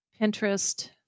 Pinterest